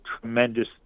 tremendous